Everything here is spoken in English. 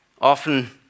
Often